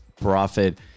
Profit